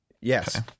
Yes